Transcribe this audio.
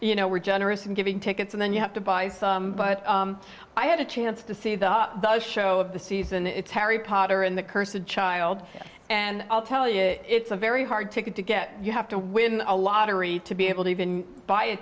you know were generous in giving tickets and then you have to buy but i had a chance to see the show of the season it's harry potter and the curse of child and i'll tell you it's a very hard ticket to get you have to win a lottery to be able to even buy a